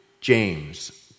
James